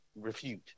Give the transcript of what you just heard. refute